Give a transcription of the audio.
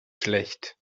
schlecht